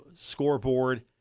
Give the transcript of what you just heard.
scoreboard